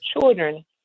children